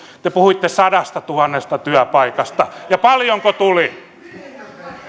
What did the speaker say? te puhuitte sadastatuhannesta työpaikasta ja paljonko tuli